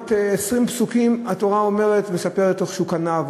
כמעט 20 פסוקים התורה אומרת ומספרת איך שהוא קנה,